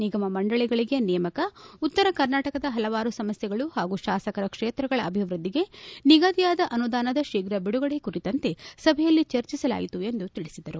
ನಿಗಮ ಮಂಡಳಿಗಳಿಗೆ ನೇಮಕ ಉತ್ತರ ಕರ್ನಾಟಕದ ಪಲವಾರು ಸಮಸ್ಥೆಗಳು ಪಾಗೂ ಶಾಸಕರ ಕ್ಷೇತ್ರಗಳ ಅಭಿವೃದ್ಧಿಗೆ ನಿಗದಿಯಾದ ಅನುದಾನದ ಶೀಘ್ರ ಬಿಡುಗಡೆ ಕುರಿತಂತೆ ಸಭೆಯಲ್ಲಿ ಚರ್ಚಿಸಲಾಯಿತು ಎಂದು ತಿಳಿಸಿದರು